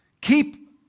keep